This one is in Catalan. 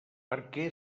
perquè